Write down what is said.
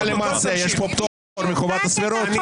הלכה למעשה יש פה פטור מחובת הסבירות.